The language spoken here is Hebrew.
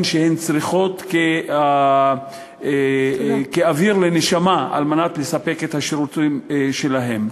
שהן צריכות כאוויר לנשימה כדי לספק את השירותים שלהן.